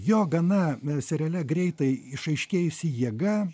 jo gana seriale greitai išaiškėjusi jėga